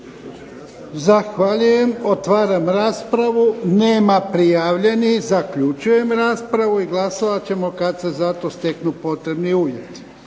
Zahvaljujem. Otvaram raspravu. Nema prijavljenih. Zaključujem raspravu. I glasovat ćemo kad se za to steknu potrebni uvjeti.